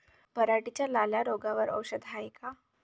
पराटीच्या लाल्या रोगावर औषध हाये का?